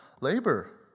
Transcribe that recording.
labor